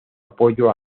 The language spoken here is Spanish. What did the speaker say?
apoyo